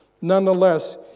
nonetheless